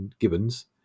Gibbon's